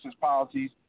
policies